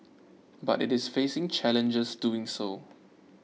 but it is facing challenges doing so